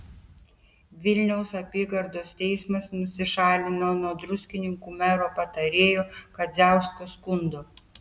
vilniaus apygardos teismas nusišalino nuo druskininkų mero patarėjo kadziausko skundo